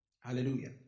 Hallelujah